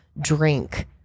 drink